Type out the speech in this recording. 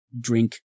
Drink